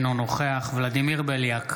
אינו נוכח ולדימיר בליאק,